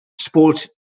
sport